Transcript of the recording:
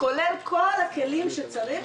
כולל כל הכלים שצריך,